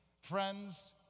Friends